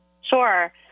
Sure